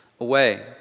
Away